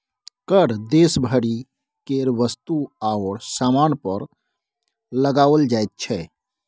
कर देश भरि केर वस्तु आओर सामान पर लगाओल जाइत छै